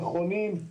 נכונים,